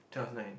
twelve nine